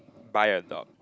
buy a dog